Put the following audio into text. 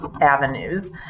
avenues